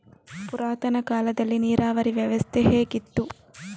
ಪುರಾತನ ಕಾಲದಲ್ಲಿ ನೀರಾವರಿ ವ್ಯವಸ್ಥೆ ಹೇಗಿತ್ತು?